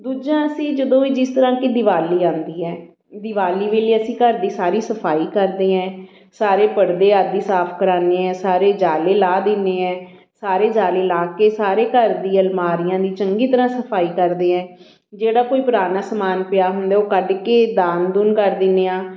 ਦੂਜਾ ਅਸੀਂ ਜਦੋਂ ਵੀ ਜਿਸ ਤਰ੍ਹਾਂ ਕਿ ਦੀਵਾਲੀ ਆਉਂਦੀ ਹੈ ਦੀਵਾਲੀ ਵੇਲੇ ਅਸੀਂ ਘਰ ਦੀ ਸਾਰੀ ਸਫਾਈ ਕਰਦੇ ਹੈ ਸਾਰੇ ਪਰਦੇ ਆਦਿ ਸਾਫ ਕਰਵਾਉਂਦੇ ਹਾਂ ਸਾਰੇ ਜਾਲੇ ਲਾ ਦਿੰਦੇ ਹਾਂ ਸਾਰੇ ਜਾਲੇ ਲਾ ਕੇ ਸਾਰੇ ਘਰ ਦੀ ਅਲਮਾਰੀਆਂ ਦੀ ਚੰਗੀ ਤਰ੍ਹਾਂ ਸਫਾਈ ਕਰਦੇ ਹੈ ਜਿਹੜਾ ਕੋਈ ਪੁਰਾਣਾ ਸਮਾਨ ਪਿਆ ਹੁੰਦਾ ਉਹ ਕੱਢ ਕੇ ਦਾਨ ਦੂਨ ਕਰ ਦਿੰਦੇ ਹਾਂ